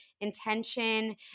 intention